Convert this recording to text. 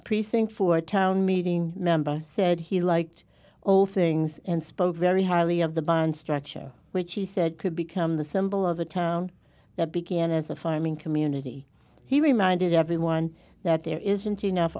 on precinct for town meeting member said he liked old things and spoke very highly of the bond stretcher which he said could become the symbol of a town that began as a farming community he reminded everyone that there isn't enough